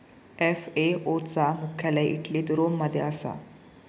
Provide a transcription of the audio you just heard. FAO चा मुख्यालय इटलीत रोम मध्ये असा